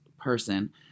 person